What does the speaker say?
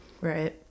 Right